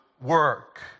work